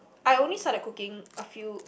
I only started cooking a few